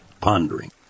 pondering